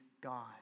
God